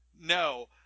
No